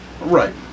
Right